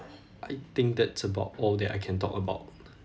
I think that's about all that I can talk about